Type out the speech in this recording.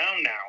now